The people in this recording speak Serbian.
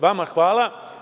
Vama hvala.